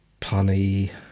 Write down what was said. punny